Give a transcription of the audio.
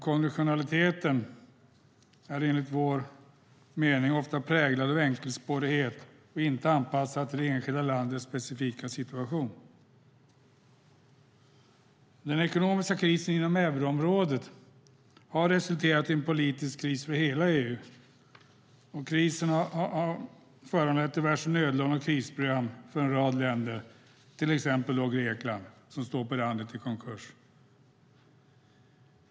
Konditionaliteten är enligt vår mening ofta präglad av enkelspårighet och inte anpassad till det enskilda landets specifika situation. Den ekonomiska krisen inom euroområdet har resulterat i en politisk kris för hela EU. Krisen har föranlett diverse nödlån och krisprogram för en rad länder, till exempel Grekland som står på randen till konkurs.